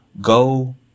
go